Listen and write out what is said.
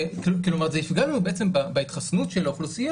כלומר זה יפגע לנו בעצם בהתחסנות אל האוכלוסייה